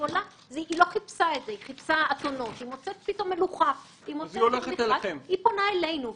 היא פונה אלינו,